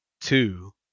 two